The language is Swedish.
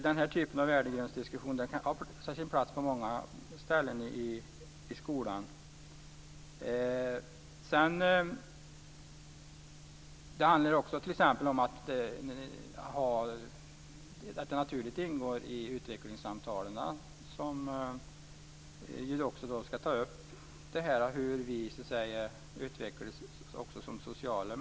Den här typen av värdegrundsdiskussion kan alltså ha sin plats i många sammanhang i skolan. Det handlar också om att det naturligt ingår i utvecklingssamtalen, som också ska ta upp hur vi utvecklas socialt.